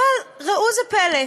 אבל ראו זה פלא,